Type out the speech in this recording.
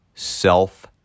Self